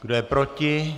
Kdo je proti?